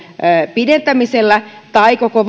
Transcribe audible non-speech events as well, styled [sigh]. pidentämisellä tai koko [unintelligible]